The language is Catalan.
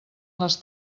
les